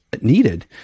needed